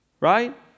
right